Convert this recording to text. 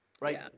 Right